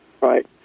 right